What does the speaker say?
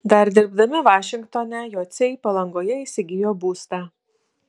dar dirbdami vašingtone jociai palangoje įsigijo būstą